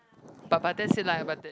but but that's it lah but the